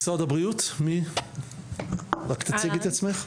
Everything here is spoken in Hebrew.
משרד הבריאות, רק תציגי את עצמך.